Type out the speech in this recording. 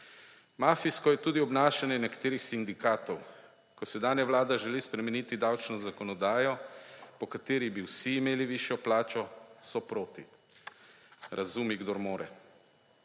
Mafijsko je tudi obnašanje nekaterih sindikatov. Ko sedanja vlada želi spremeniti davčno zakonodajo, po kateri bi vsi imeli višjo plačo, so proti. Razumi, kdor more.